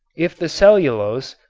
if the cellulose,